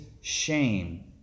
shame